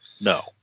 No